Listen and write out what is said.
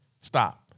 Stop